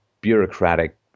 bureaucratic